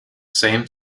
same